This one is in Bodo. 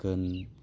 आघोन